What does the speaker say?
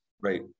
Right